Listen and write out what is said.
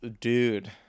dude